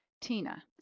tina